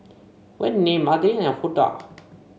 Whitney Madilynn and Huldah